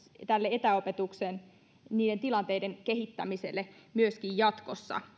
tälle etäopetuksen niiden tilanteiden kehittämiselle myöskin jatkossa